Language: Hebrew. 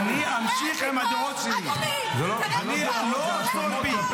אף אחד לא הורג ואף אחד לא פושע.